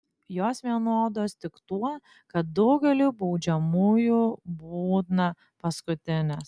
jos vienodos tik tuo kad daugeliui baudžiamųjų būna paskutinės